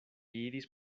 iris